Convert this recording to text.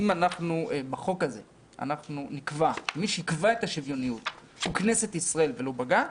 אם בחוק הזה נקבע שמי שיקבע את השוויוניות הוא הכנסת ולא בג"ץ,